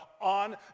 on